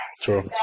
True